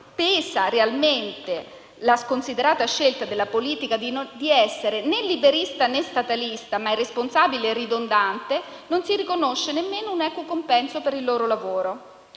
pesa realmente la sconsiderata scelta della politica di non essere né liberista né statalista, ma irresponsabile e ridondante, non si riconosce nemmeno un equo compenso per il loro lavoro.